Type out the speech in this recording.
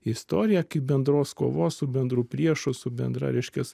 istoriją kaip bendros kovos su bendru priešu su bendra reiškias